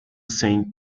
sink